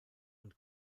und